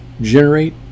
generate